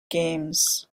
games